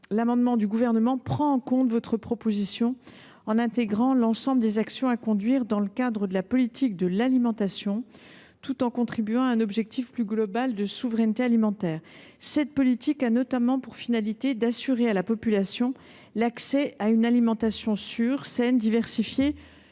l’amendement du Gouvernement prenait en compte votre proposition, puisqu’il avait pour objet d’intégrer l’ensemble des actions à conduire dans le cadre de la politique de l’alimentation tout en contribuant à un objectif plus global de souveraineté alimentaire. Cette politique a notamment pour finalité d’assurer à la population l’accès à une alimentation sûre, saine, diversifiée,